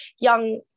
young